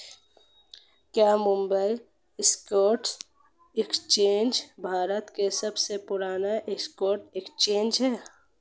क्या Mumbai stock exchange Bharat का सबसे पुराना स्टॉक एक्सचेंज है?